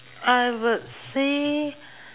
I would say